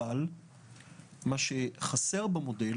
אבל מה שחסר במודל